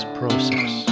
process